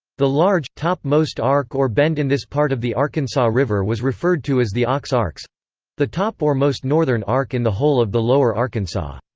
the large, top most arc or bend in this part of the arkansas river was referred to as the aux arcs the top or most northern arc in the whole of the lower arkansas.